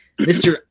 Mr